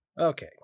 okay